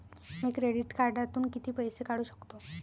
मी credit कार्डातून किती पैसे काढू शकतो?